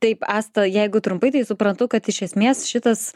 taip asta jeigu trumpai tai suprantu kad iš esmės šitas